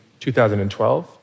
2012